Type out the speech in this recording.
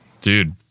dude